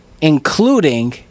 including